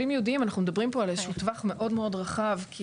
אנחנו מדברים פה על טווח מאוד מאוד רחב כי